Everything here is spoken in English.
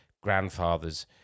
grandfathers